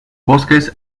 bosques